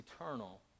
eternal